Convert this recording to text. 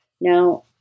Now